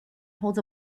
holds